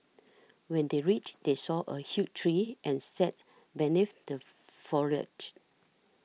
when they reached they saw a huge tree and sat beneath the foliage